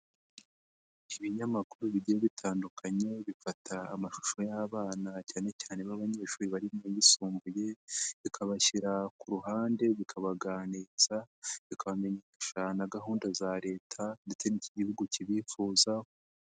Ibinyamakuru bigiye bitandukanye bifata amashusho y'abana cyane cyane b'abanyeshuri bari muyisumbuye bikabashyira ku ruhande bikabaganiriza, bikabamenyesha na gahunda za leta ndetse n'icyo igihugu kibifuzaho.